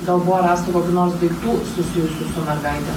gal buvo rastų kokių nors daiktų susijusių su mergaite